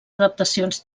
adaptacions